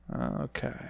okay